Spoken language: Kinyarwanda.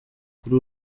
kuri